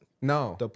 no